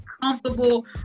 comfortable